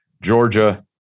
Georgia